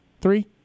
three